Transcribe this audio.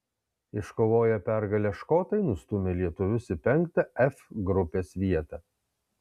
iškovoję pergalę škotai nustūmė lietuvius į penktą f grupės vietą